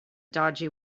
dodgy